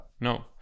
no